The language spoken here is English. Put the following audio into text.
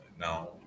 now